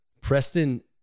Preston